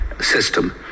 system